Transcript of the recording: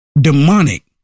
Demonic